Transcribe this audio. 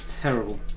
terrible